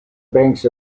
banks